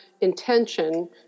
intention